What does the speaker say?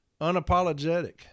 unapologetic